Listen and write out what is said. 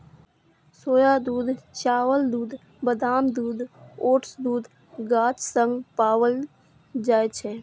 सोया दूध, चावल दूध, बादाम दूध, ओट्स दूध गाछ सं पाओल जाए छै